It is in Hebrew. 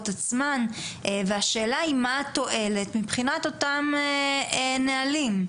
עצמן והשאלה היא מה התועלת מבחינת אותם נעלים.